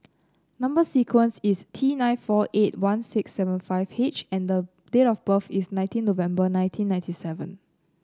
number sequence is T nine four eight one six seven five H and the date of birth is nineteen November nineteen ninety seven